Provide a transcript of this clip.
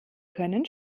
können